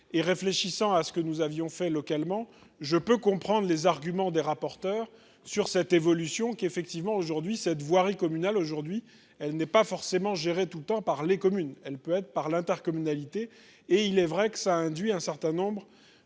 et réfléchissant à ce que nous avions fait localement, je peux comprendre les arguments des rapporteurs sur cette évolution qu'effectivement aujourd'hui cette voirie communale, aujourd'hui elle n'est pas forcément gérer tout le temps par les communes, elle peut être par l'intercommunalité et il est vrai que ça induit un certain nombre